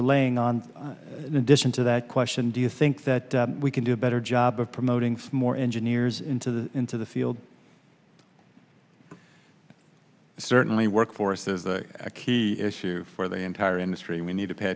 relaying on the decision to that question do you think that we can do a better job of promoting smore engineers into the into the field certainly workforce is a key issue for the entire industry we need to pay